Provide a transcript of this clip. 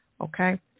Okay